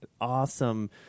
awesome